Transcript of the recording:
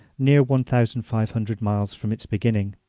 near one thousand five hundred miles from its beginning.